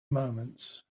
moments